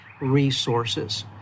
resources